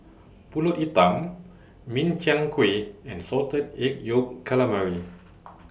Pulut Hitam Min Chiang Kueh and Salted Egg Yolk Calamari